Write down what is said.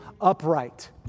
upright